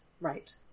right